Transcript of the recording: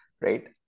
right